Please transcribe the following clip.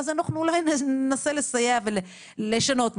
אנחנו אולי ננסה לסייע ולשנות משהו.